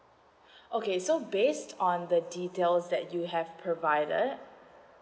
okay so based on the details that you have provided